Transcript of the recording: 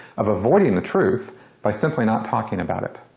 of avoiding the truth by simply not talking about it.